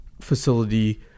facility